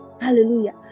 Hallelujah